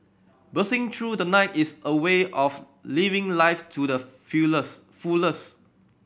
bursting through the night is a way of living life to the fullest